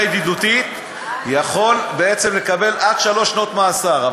ידידותית יכול בעצם לקבל עד שלוש שנות מאסר,